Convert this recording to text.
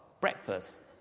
breakfast